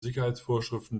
sicherheitsvorschriften